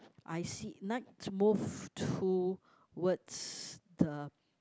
I see let's move towards the